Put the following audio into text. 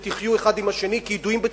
תחיו אחד עם השני כידועים בציבור,